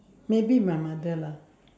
maybe my mother lah